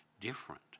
different